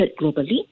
globally